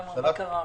מה קרה עכשיו?